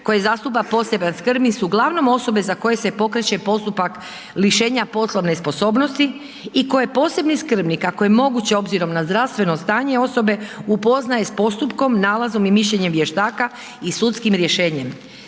koje zastupa poseban skrbnik su uglavnom osobe za koje se pokreće postupak lišenja poslovne sposobnosti i koje posebni skrbnik ako je moguće obzirom na zdravstveno stanje osobe, upoznaje s postupkom, nalazom i mišljenjem vještaka i sudskim rješenjem.